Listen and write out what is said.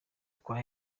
twa